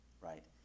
Right